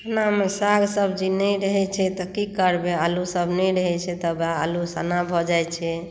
खानामे साग सब्जी नहि रहै छै तऽ की करबै आलु सभ नहि रहै छै तऽ आलु सना भऽ जाइ छै